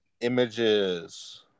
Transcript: Images